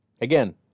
again